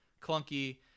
clunky